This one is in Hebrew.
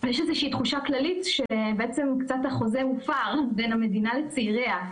יש איזו תחושה כללית שבעצם קצת החוזה הופר הין המדינה לצעיריה.